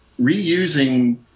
reusing